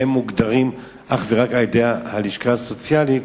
שהם מוגדרים אך ורק על-ידי הלשכה הסוציאלית.